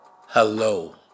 hello